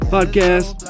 Podcast